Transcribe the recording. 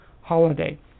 holiday